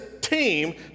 team